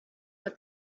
but